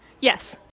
Yes